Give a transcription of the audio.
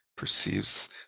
perceives